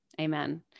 Amen